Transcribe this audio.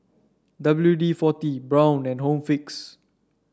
W D forty Braun and Home Fix